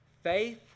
Faith